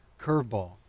curveball